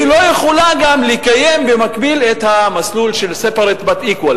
והיא גם לא יכולה לקיים במקביל את המסלול של separate but equal,